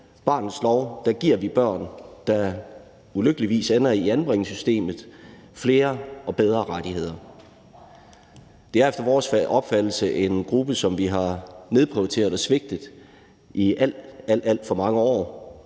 barnets lov giver børn, der ulykkeligvis ender i anbringelsessystemet, flere og bedre rettigheder. Det er efter vores opfattelse en gruppe, som man har nedprioriteret og svigtet i alt, alt for mange år.